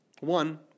One